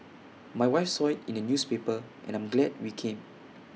my wife saw IT in the newspaper and I'm glad we came